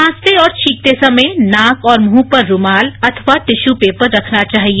खांसते और छींकते समय नाक और मृंह पर रूमाल अथवा टिश्य पेपर रखना चाहिए